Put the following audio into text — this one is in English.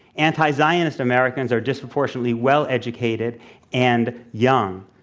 anti-zionist americans are disproportionately well-educated and young.